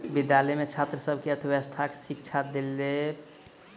विद्यालय में छात्र सभ के अर्थव्यवस्थाक शिक्षा देल गेल